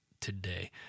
today